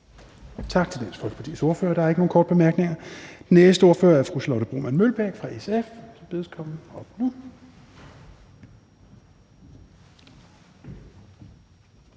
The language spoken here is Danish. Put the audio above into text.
Tak til Dansk Folkepartis ordfører. Der er ikke nogen korte bemærkninger. Næste ordfører er fru Charlotte Broman Mølbæk fra SF,